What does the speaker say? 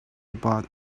about